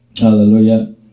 Hallelujah